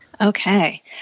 Okay